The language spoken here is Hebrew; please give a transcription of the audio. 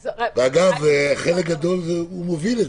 אגב, חלק גדול הוא מוביל.